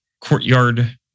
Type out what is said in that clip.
courtyard